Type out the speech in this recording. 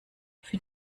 für